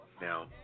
Now